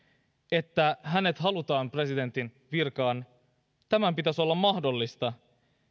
että hänet halutaan presidentin virkaan tämän pitäisi olla mahdollista